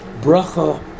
bracha